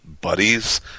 buddies